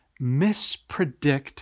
mispredict